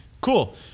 Cool